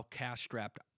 cash-strapped